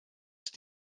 ist